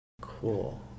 Cool